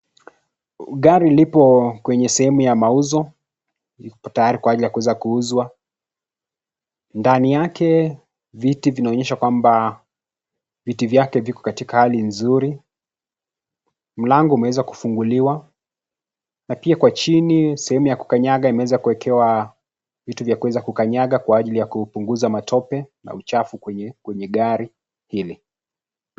Gari lipo kwenye sehemu ya mauzo lipo tayari kwa ajili ya kuweza kuuzwa, ndani yake viti vinaonyeshwa kwamba viti vyake viko katika hali nzuri, mlango umeweza kufunguliwa na pia kwa chini sehemu ya kukanyaga imeweza kuwekewa vitu vya kuweza kukanyaga kwa ajili ya kupunguza matope na uchafu kwenye gari hili.